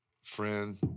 friend